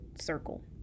circle